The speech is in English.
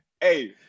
hey